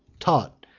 taught,